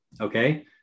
okay